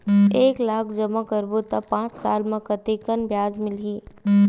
एक लाख जमा करबो त पांच साल म कतेकन ब्याज मिलही?